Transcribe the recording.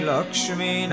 Lakshmi